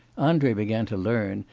andrei began to learn,